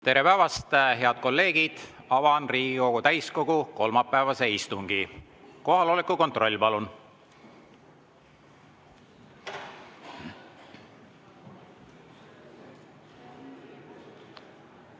Tere päevast, head kolleegid! Avan Riigikogu täiskogu kolmapäevase istungi. Kohaloleku kontroll, palun!